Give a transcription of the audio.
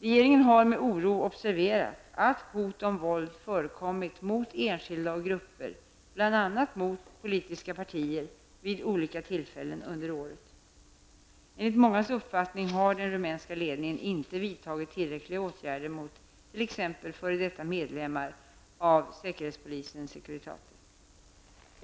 Regeringen har med oro observerat att hot och våld förekommit mot enskilda och grupper, bl.a. mot politiska partier, vid olika tillfällen under året. Enligt mångas uppfattning har den rumänska ledningen inte vidtagit tillräckliga åtgärder mot t.ex. f.d. medlemmar av säkerhetspolisen Securitate.